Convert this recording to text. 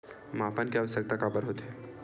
मापन के आवश्कता काबर होथे?